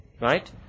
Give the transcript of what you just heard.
Right